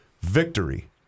Victory